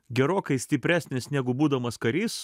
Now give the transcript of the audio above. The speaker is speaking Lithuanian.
gerokai stipresnis negu būdamas karys